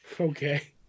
Okay